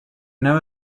know